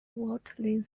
watling